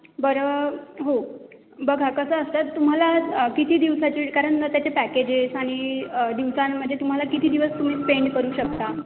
बरं हो बघा कसं असतं तुम्हाला किती दिवसाची कारण त्याचे पॅकेजेस आणि दिवसांमध्ये तुम्हाला किती दिवस तुम्ही स्पेंड करू शकता